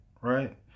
Right